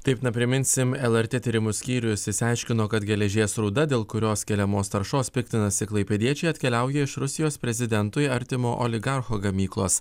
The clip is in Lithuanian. taip na priminsim lrt tyrimų skyrius išsiaiškino kad geležies rūda dėl kurios keliamos taršos piktinasi klaipėdiečiai atkeliauja iš rusijos prezidentui artimo oligarcho gamyklos